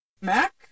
Mac